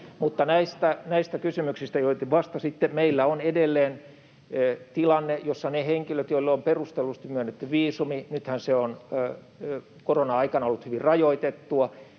Mutta näistä kysymyksistä, joista vastasitte: Meillä on edelleen tilanne, jossa ne henkilöt, joille on perustellusti myönnetty viisumi — nythän se on korona-aikana ollut hyvin rajoitettua